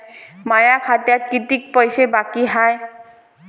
माया खात्यात कितीक पैसे बाकी हाय?